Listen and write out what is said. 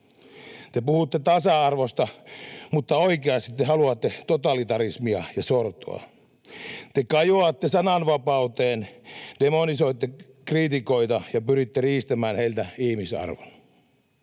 Te puhutte tasa-arvosta, mutta oikeasti te haluatte totalitarismia ja sortoa. Te kajoatte sananvapauteen, demonisoitte kriitikoita ja pyritte riistämään heiltä ihmisarvon.